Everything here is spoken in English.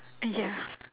uh ya